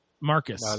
Marcus